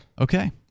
Okay